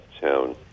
town